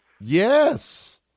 Yes